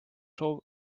soov